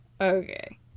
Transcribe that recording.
Okay